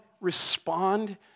respond